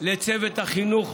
לצוות החינוך,